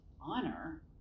honor